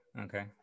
okay